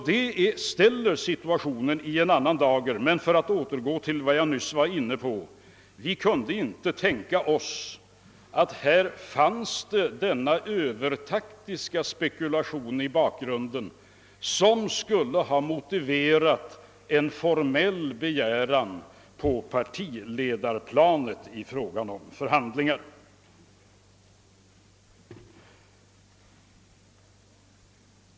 Det ställer situationen i en annan dager, men för att återgå till vad jag nyss var inne på vill jag säga, att vi inte kunde tänka oss att denna övertaktiska spekulation — som skulle ha motiverat en formell begäran på partiledarplanet i fråga om förhandlingar — fanns i bakgrunden.